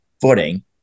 footing